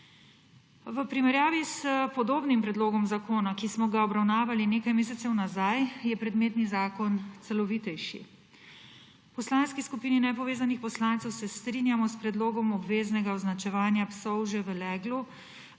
V primerjavi s podobnim predlogom zakona, ki smo ga obravnavali nekaj mesecev nazaj, je predmetni zakon celovitejši. V Poslanski skupini nepovezanih poslancev se strinjamo s predlogom obveznega označevanja psov že v leglu,